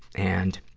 and,